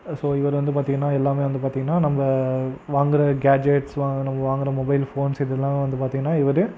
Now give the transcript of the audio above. so இவரு வந்து பார்த்திங்கனா எல்லாமே வந்து பார்த்திங்கனா நம்ம வாங்குற கேட்ஜெட்ஸ்லாம் நம்ம வாங்குற மொபைல் ஃபோன்ஸ் இதெலாம் வந்து பார்த்திங்கனா இவரு